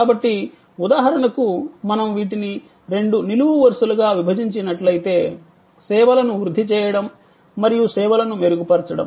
కాబట్టి ఉదాహరణకు మనము వీటిని రెండు నిలువు వరుసలుగా విభజించినట్లయితే సేవలను వృద్ధి చేయడం మరియు సేవలను మెరుగుపరచడం